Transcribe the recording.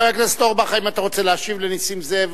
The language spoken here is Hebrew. חבר הכנסת אורבך, האם אתה רוצה להשיב לנסים זאב?